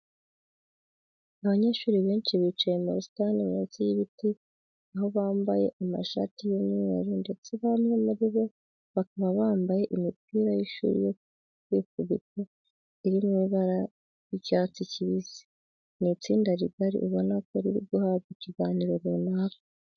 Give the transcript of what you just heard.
Abanyeshuri benshi bicaye mu busitani munsi y'ibiti aho bambayr amashati y'imyeru ndetse bamwe muri bo bakaba bambaye imipira y'ishuri yo kwifubika iri mu ibara ry'icyatdi kibisi. Ni itsinda rigari ubona ko riri guhabwa ikiganiro runaka.